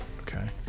okay